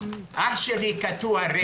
אח שלי הוא קטוע רגל.